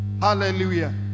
hallelujah